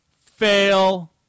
Fail